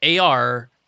AR